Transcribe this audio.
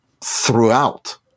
throughout